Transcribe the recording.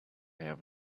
have